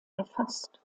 erfasst